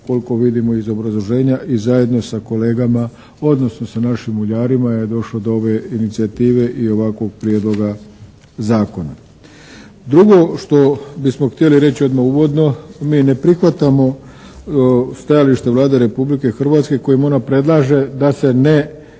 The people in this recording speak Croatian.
koliko vidimo iz obrazloženja i zajedno sa kolegama, odnosno sa našim uljarima je došlo do ove inicijative i ovakvog Prijedloga zakona. Drugo što bismo htjeli reći odmah uvodno, mi ne prihvatamo stajalište Vlade Republike Hrvatske kojim ona predlaže da se ne